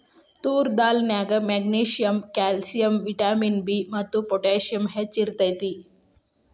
ತೋರ್ ದಾಲ್ ನ್ಯಾಗ magnesium, calcium, vitamin B ಮತ್ತು ಪೊಟ್ಯಾಸಿಯಮ್ ಹೆಚ್ಚ್ ಇರ್ತೇತಿ